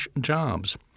jobs